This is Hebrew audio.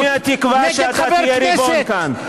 אבל תשכח מהתקווה שאתה תהיה ריבון כאן.